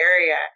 area